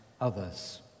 others